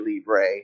Libre